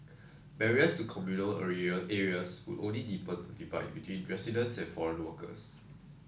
barriers to communal area areas would only deepen the divide between residents and foreign workers